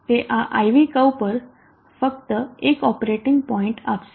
તે આ I V curve પર ફક્ત એક ઓપરેટિંગ પોઇન્ટ આપશે